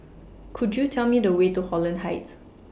Could YOU Tell Me The Way to Holland Heights